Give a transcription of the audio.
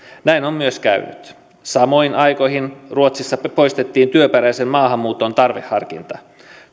näin on myös käynyt samoihin aikoihin ruotsissa poistettiin työperäisen maahanmuuton tarveharkinta